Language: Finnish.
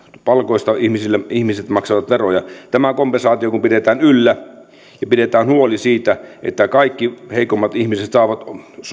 palkoista ihmiset maksavat veroja tämä kompensaatio pidetään yllä ja pidetään huoli siitä että kaikki heikommat ihmiset saavat